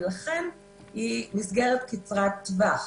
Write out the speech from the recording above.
ולכן היא מסגרת קצרת טווח.